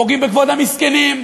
פוגעים בכבוד המסכנים,